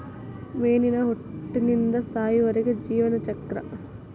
ಮೇನಿನ ಹುಟ್ಟಿನಿಂದ ಸಾಯುವರೆಗಿನ ಜೇವನ ಚಕ್ರ